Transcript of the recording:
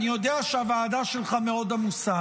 אני יודע שהוועדה שלך מאוד עמוסה